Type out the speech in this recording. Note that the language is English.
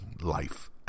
life